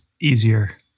easier